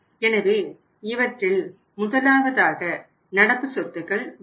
எனவே இவற்றில் முதலாவதாக நடப்பு சொத்துக்கள் உள்ளன